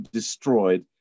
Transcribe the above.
destroyed